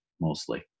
mostly